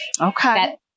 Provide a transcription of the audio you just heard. Okay